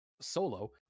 solo